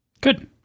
good